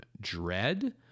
dread